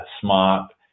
smart